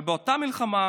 אבל באותה מלחמה,